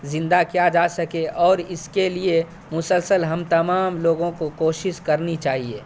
زندہ کیا جا سکے اور اس کے لیے مسلسل ہم تمام لوگوں کو کوشس کرنی چاہیے